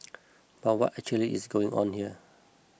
but what actually is going on here